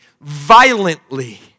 violently